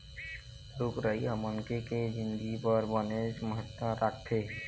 रूख राई ह मनखे के जिनगी बर बनेच महत्ता राखथे